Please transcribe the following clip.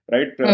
Right